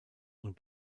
und